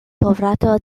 kovrata